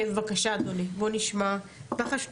בבקשה, אדוני, בוא נשמע את מח"ש.